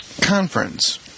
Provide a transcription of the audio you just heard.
conference